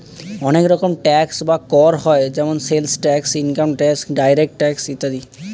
অনেক রকম ট্যাক্স বা কর হয় যেমন sales tax, income tax, direct tax ইত্যাদি